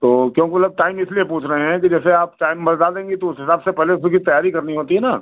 तो क्योंकि मतलब टाइम इसलिए पूछ रहे हैं कि जैसे आप टाइम बता देंगी तो उस हिसाब से पहले उसमें की तैयारी करनी होती है ना